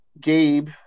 gabe